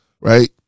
right